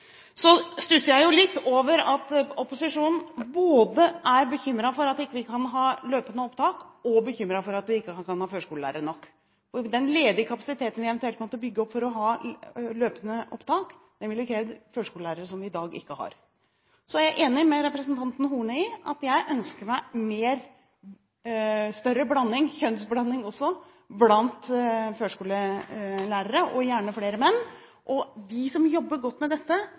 at vi ikke kan ha løpende opptak, og for at vi ikke har førskolelærere nok. Den ledige kapasiteten vi eventuelt måtte ha bygd opp for å ha løpende opptak, ville ha krevd førskolelærere som vi i dag ikke har. Så er jeg enig med representanten Horne i at jeg ønsker meg større blanding, kjønnsblanding også, blant førskolelærere, og gjerne flere menn. De som jobber godt med dette,